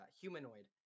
humanoid